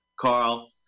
Carl